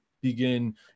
begin